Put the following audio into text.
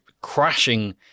crashing